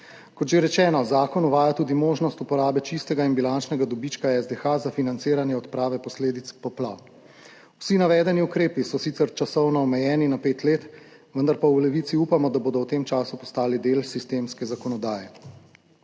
Kot že rečeno, zakon uvaja tudi možnost uporabe čistega in bilančnega dobička SDH za financiranje odprave posledic poplav. Vsi navedeni ukrepi so sicer časovno omejeni na pet let, vendar pa v Levici upamo, da bodo v tem času postali del sistemske zakonodaje.